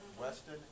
Weston